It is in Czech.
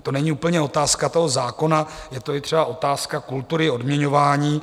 To není úplně otázka toho zákona, je to i třeba otázka kultury odměňování.